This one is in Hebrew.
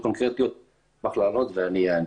קונקרטיות אני אשמח לענות ואני אענה.